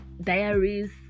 diaries